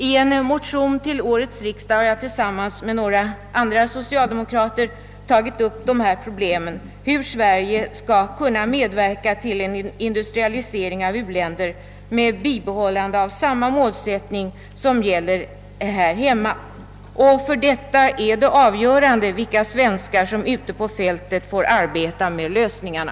I en motion till årets riksdag har jag tillsammans med några andra socialdemokrater aktualiserat frågan om hur Sverige skall kunna medverka till en industrialisering av u-länder med bibehållande av den målsättning som gäller här hemma. Därvid är det avgörande vilka svenskar som ute på fältet får arbeta med lösningarna.